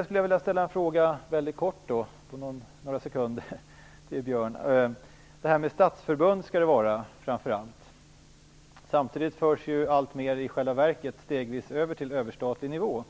Sedan till detta med statsförbund, för statsförbund skall det framför allt vara. Samtidigt förs allt mera i själva verket stegvis över till överstatlig nivå.